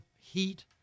heat